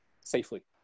safely